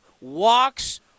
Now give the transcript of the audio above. Walks